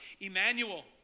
Emmanuel